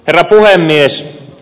herra puhemies